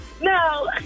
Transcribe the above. No